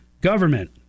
government